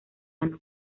ganó